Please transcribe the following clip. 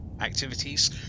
activities